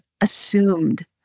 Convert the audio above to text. assumed